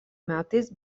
metais